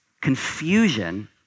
confusion